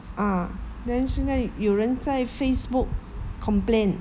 ah then 现在有人在 facebook complain